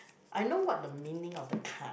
I know what the meaning of the card